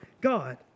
God